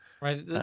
Right